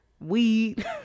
weed